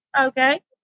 Okay